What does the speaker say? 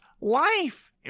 life